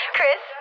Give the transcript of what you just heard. Chris